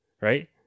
right